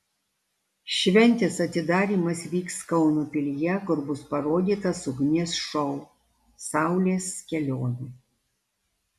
šventės atidarymas vyks kauno pilyje kur bus parodytas ugnies šou saulės kelionė